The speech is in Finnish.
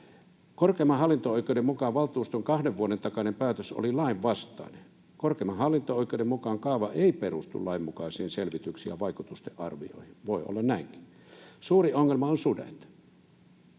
Korkeimman hallinto-oikeuden mukaan valtuuston kahden vuoden takainen päätös oli lainvastainen. Korkeimman hallinto-oikeuden mukaan kaava ei perustu lainmukaisiin selvityksiin ja vaikutusten arvioihin — voi olla näinkin. Suuri ongelma ovat sudet.